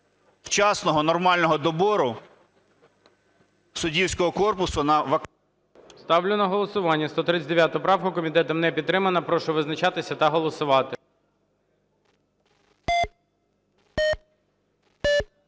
вчасного нормального добору суддівського корпусу... ГОЛОВУЮЧИЙ. Ставлю на голосування 139 правку. Комітетом не підтримана. Прошу визначатися та голосувати.